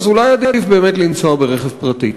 אולי עדיף באמת לנסוע ברכב פרטי.